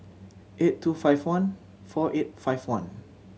eight two five one four eight five one